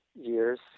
years